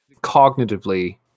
cognitively